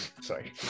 Sorry